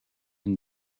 and